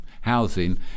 housing